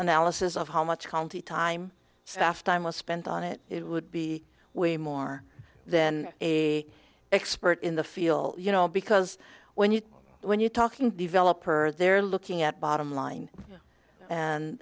analysis of how much county time staff time was spent on it it would be way more than a expert in the field you know because when you when you're talking developer they're looking at bottom line and